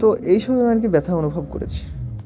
তো এইসবই আমি আর কি ব্যথা অনুভব করেছি